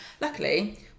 luckily